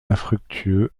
infructueux